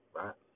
right